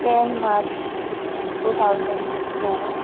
ten March two thousand two